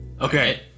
Okay